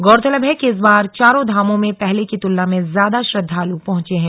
गौरतलब है कि इस बार चारों धामों में पहले की तुलना में ज्यादा श्रद्धालु पहुंचे हैं